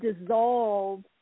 dissolve